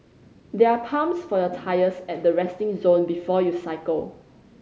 there are pumps for your tyres at the resting zone before you cycle